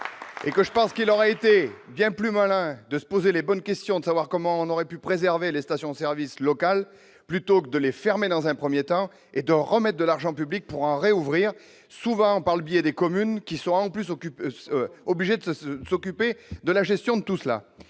Et que je pense qu'il aurait été bien plus malin de se poser les bonnes questions de savoir comment on aurait pu préserver les stations-service local plutôt que de les fermer dans un 1er temps et remette de l'argent public pour un réouvrir souvent par le biais des communes qui sont plus occupés, obligé de se sont occupés de la gestion de tout cela,